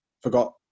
forgot